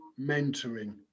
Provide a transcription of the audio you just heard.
mentoring